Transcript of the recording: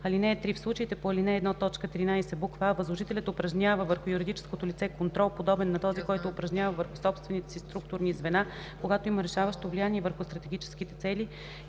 такива. (3) В случаите по ал. 1, т. 13, буква „а” възложителят упражнява върху юридическото лице контрол, подобен на този, който упражнява върху собствените си структурни звена, когато има решаващо влияние върху стратегическите цели